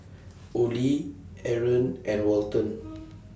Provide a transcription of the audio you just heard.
Ollie Aron and Walton